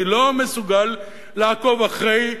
אני לא מסוגל לעקוב אחרי,